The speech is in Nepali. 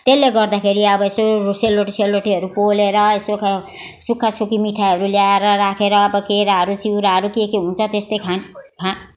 त्यसले गर्दाखेरि अब यसो सेलरोटी सेलरोटीहरू पोलेर यसो ख सुक्खा सुक्खी मिठाईहरू ल्याएर राखेर अब केराहरू चिउराहरू के के हुन्छ त्यस्तै खा खा